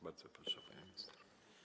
Bardzo proszę, pani minister.